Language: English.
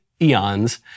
eons